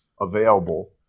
available